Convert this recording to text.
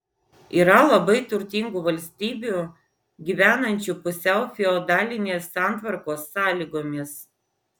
yra labai turtingų valstybių gyvenančių pusiau feodalinės santvarkos sąlygomis